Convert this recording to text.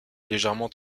légèrement